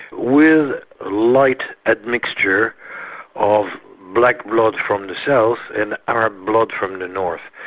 with light admixture of black blood from the south and arab blood from the north,